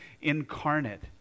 incarnate